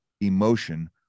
emotion